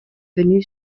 venu